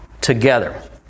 together